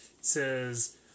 says